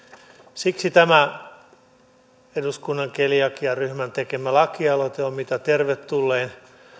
siksi tämä eduskunnan keliakiaryhmän tekemä lakialoite on mitä tervetullein